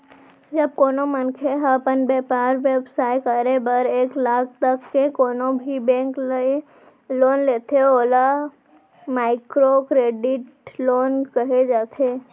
जब कोनो मनखे ह अपन बेपार बेवसाय करे बर एक लाख तक के कोनो भी बेंक ले लोन लेथे ओला माइक्रो करेडिट लोन कहे जाथे